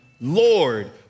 Lord